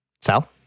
Sal